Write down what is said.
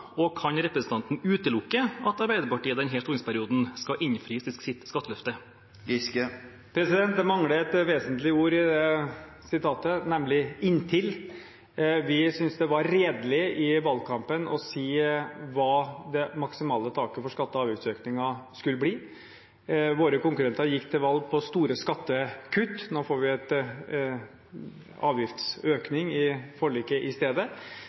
kr? Kan representanten utelukke at Arbeiderpartiet i denne stortingsperioden skal innfri sitt skatteløfte? Det mangler et vesentlig ord i det sitatet, nemlig «inntil». Vi syntes det var redelig å si i valgkampen hva det maksimale taket for skatte- og avgiftsøkninger skulle bli. Våre konkurrenter gikk til valg på store skattekutt, nå får vi en avgiftsøkning etter forliket i stedet.